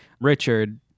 Richard